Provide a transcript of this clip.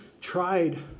tried